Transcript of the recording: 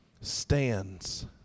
stands